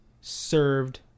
served